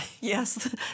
Yes